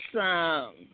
Awesome